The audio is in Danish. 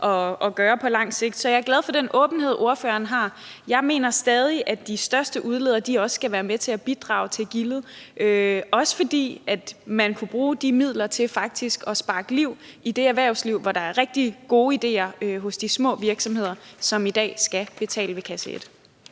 at gøre på lang sigt. Så jeg er glad for den åbenhed, ordføreren har. Jeg mener stadig, at de største udledere også skal være med til at bidrage til gildet, også fordi man kunne bruge de midler til faktisk at sparke liv i det erhvervsliv, hvor der er rigtig gode ideer hos de små virksomheder, som i dag skal betale ved kasse et.